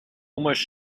almost